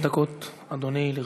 חמש דקות לרשותך.